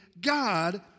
God